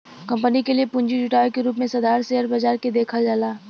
company के लिए पूंजी जुटावे के रूप में साधारण शेयर बाजार के देखल जाला